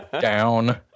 Down